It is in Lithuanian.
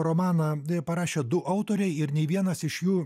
romaną parašė du autoriai ir nei vienas iš jų